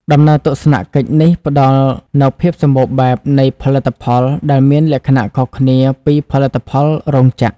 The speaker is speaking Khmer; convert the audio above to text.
ដំណើរទស្សនកិច្ចនេះផ្តល់នូវ ភាពសម្បូរបែប នៃផលិតផល ដែលមានលក្ខណៈខុសគ្នាពីផលិតផលរោងចក្រ។